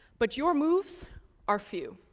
but your moves are few.